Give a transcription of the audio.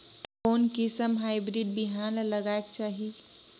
कोन किसम हाईब्रिड बिहान ला लगायेक चाही?